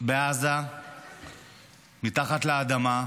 בעזה מתחת לאדמה,